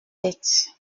tête